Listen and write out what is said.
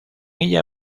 ella